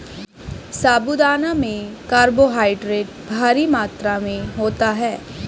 साबूदाना में कार्बोहायड्रेट भारी मात्रा में होता है